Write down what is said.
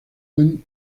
buen